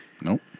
Nope